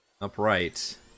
upright